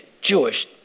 Jewish